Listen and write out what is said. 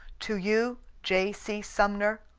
to you j. c. sumner,